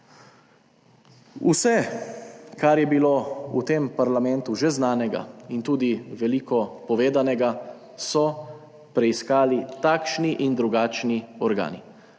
Vse, kar je bilo v tem parlamentu že znanega, in tudi veliko povedanega, so preiskali takšni in drugačni organi.